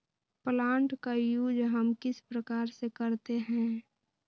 Plant का use हम किस प्रकार से करते हैं?